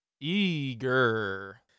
Eager